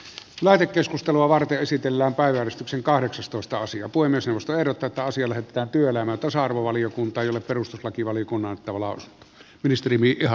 lady keskustelua varten esitellään päivystyksen kahdeksastoista puhemiesneuvosto ehdottaa että asia lähetetään työelämä ja tasa arvovaliokuntaan jolle perustuslakivaliokunnan on annettava lausunto